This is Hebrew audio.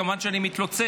כמובן שאני מתלוצץ.